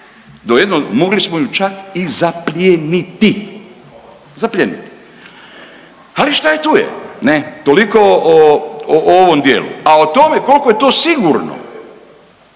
do jedno, mogli smo je čak i zaplijeniti, zaplijeniti. Ali šta je tu je. Ne? Toliko o ovom dijelu. A o tome koliko je to sigurno